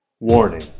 Warning